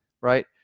Right